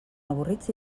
avorrits